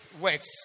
works